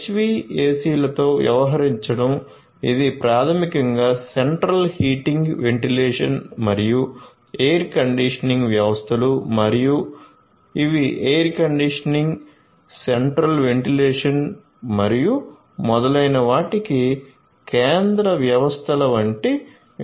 HVAC లతో వ్యవహరించడం ఇవి ప్రాథమికంగా సెంట్రల్ హీటింగ్ వెంటిలేషన్ మరియు ఎయిర్ కండిషనింగ్ వ్యవస్థలు మరియు ఇవి ఎయిర్ కండిషనింగ్ సెంట్రల్ వెంటిలేషన్ మరియు మొదలైన వాటికి కేంద్ర వ్యవస్థల వంటి వ్యవస్థలు